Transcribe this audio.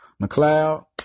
McLeod